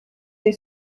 dei